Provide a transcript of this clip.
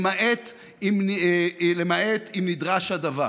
למעט אם נדרש הדבר.